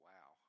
Wow